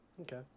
Okay